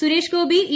Suresh Gopi E